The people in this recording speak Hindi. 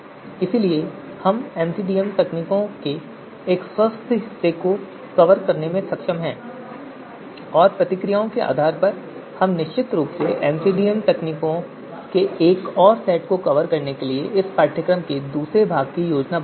इसलिए हम एमसीडीएम तकनीकों के एक स्वस्थ हिस्से को कवर करने में सक्षम हैं और प्रतिक्रियाओं के आधार पर हम निश्चित रूप से एमसीडीएम तकनीकों के एक और सेट को कवर करने के लिए इस पाठ्यक्रम के दूसरे भाग की योजना बनाएंगे